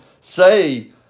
say